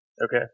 Okay